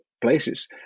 places